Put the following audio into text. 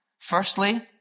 Firstly